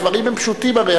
הדברים הם פשוטים הרי,